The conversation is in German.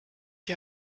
die